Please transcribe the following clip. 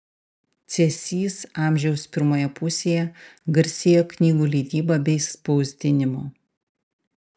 cėsys amžiaus pirmoje pusėje garsėjo knygų leidyba bei spausdinimu